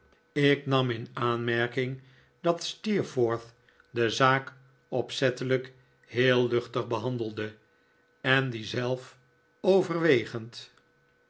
ik nam in aanmerking dat steerforth de zaak opzettelijk heel luchtig behandelde en die zelf overwegend